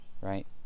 Right